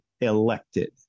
elected